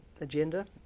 agenda